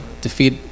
defeat